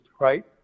right